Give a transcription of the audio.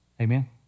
Amen